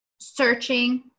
searching